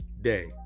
day